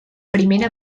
primera